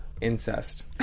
Incest